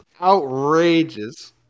Outrageous